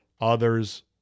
others